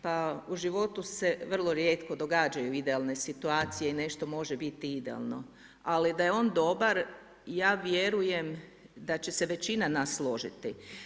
Pa u životu se vrlo rijetko događaju idealne situacije i nešto može biti idealno, ali da je on dobar ja vjerujem da će se većina nas složiti.